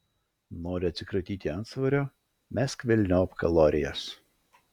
nori atsikratyti antsvorio mesk velniop kalorijas